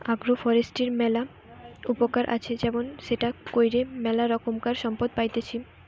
agro ফরেষ্ট্রীর ম্যালা উপকার আছে যেমন সেটা কইরে ম্যালা রোকমকার সম্পদ পাইতেছি